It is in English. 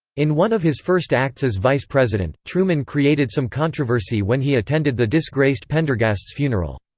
in one of his first acts as vice president, truman created some controversy when he attended the disgraced pendergast's funeral.